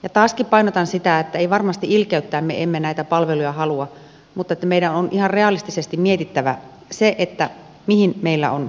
ja taaskin painotan sitä että emme varmasti ilkeyttämme näitä palveluja halua mutta meidän on ihan realistisesti mietittävä mihin meillä on varaa